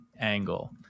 angle